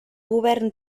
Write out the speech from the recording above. govern